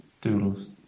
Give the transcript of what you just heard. Doodles